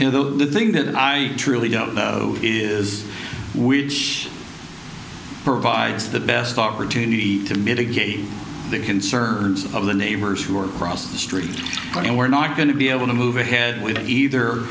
here the thing that i truly don't know is which provides the best opportunity to mitigate the concerns of the neighbors who are crossing the street and we're not going to be able to move ahead with it either